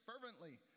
fervently